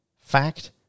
Fact